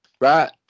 right